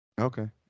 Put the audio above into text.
Okay